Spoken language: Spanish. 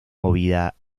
movida